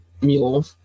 mule